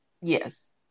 Yes